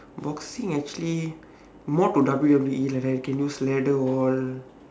boxing actually more to W_W_E like that can use ladder all